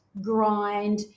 grind